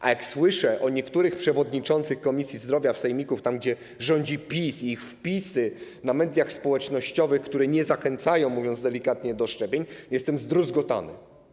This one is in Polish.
A jak słyszę o niektórych przewodniczących komisji zdrowia sejmików, tam gdzie rządzi PiS, i ich wpisach w mediach społecznościowych, które nie zachęcają, mówiąc delikatnie, do szczepień, jestem zdruzgotany.